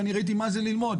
ואני ראיתי מה זה ללמוד,